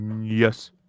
Yes